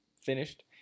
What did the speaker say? finished